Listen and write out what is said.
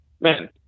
man